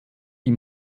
die